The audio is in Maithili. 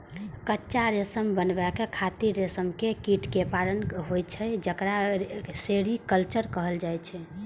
कच्चा रेशम बनाबै खातिर रेशम के कीट कें पालन होइ छै, जेकरा सेरीकल्चर कहल जाइ छै